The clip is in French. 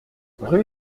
rue